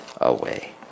away